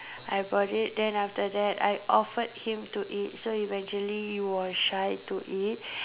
I bought it then after that I offered him to eat so eventually he was shy to eat